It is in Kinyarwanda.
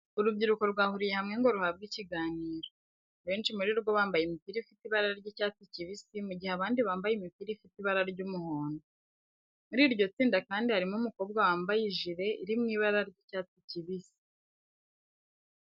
Urubyiruko rwahuriye hamwe ngo ruhabwe ikiganiro. Abenshi muri rwo bambaye imipira ifite ibara ry'icyatsi kibisi mu gihe abandi bambaye imipira ifite ibara ry'umuhondo. Muri iryo tsinda kandi harimo umukobwa wambaye ijire iri mu ibara ry'icyatsi kibisi.